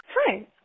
Hi